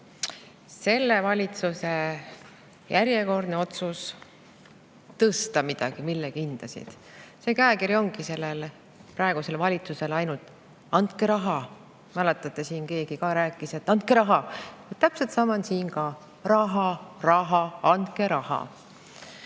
selle valitsuse järjekordne otsus tõsta midagi, millegi hindasid. Selline käekiri ongi praegusel valitsusel: andke raha! Mäletate, siin keegi rääkis, et andke raha. Täpselt sama on siin ka: raha, raha, andke